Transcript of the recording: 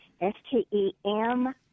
S-T-E-M